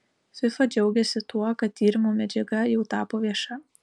fifa džiaugiasi tuo kad tyrimo medžiaga jau tapo vieša